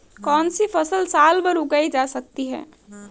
कौनसी फसल साल भर उगाई जा सकती है?